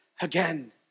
again